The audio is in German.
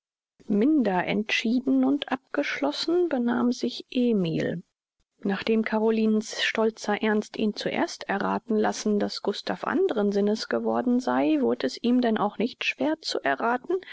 minder entschieden und abgeschlossen benahm sich emil nachdem carolinens stolzer ernst ihn zuerst errathen lassen daß gustav anderen sinnes geworden sei wurd es ihm denn auch nicht schwer zu errathen